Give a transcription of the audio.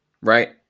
Right